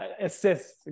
assist